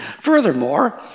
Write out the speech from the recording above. Furthermore